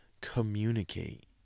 Communicate